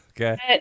Okay